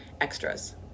extras